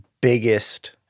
biggest